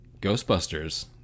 Ghostbusters